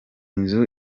nzu